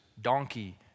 donkey